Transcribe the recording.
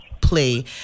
play